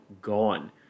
gone